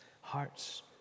hearts